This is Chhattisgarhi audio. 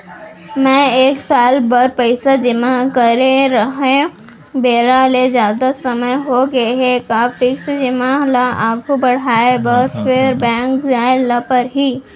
मैं एक साल बर पइसा जेमा करे रहेंव, बेरा ले जादा समय होगे हे का फिक्स जेमा ल आगू बढ़ाये बर फेर बैंक जाय ल परहि?